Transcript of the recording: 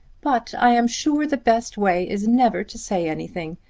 but i am sure the best way is never to say anything.